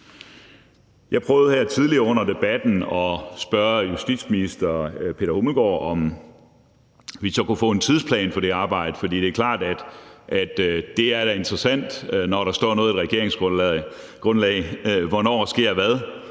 Jeg prøvede her tidligere under debatten at spørge justitsministeren, om vi så kunne få en tidsplan for det arbejde, for det er klart, at det da er interessant, når der står noget i regeringsgrundlaget, hvornår hvad